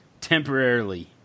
temporarily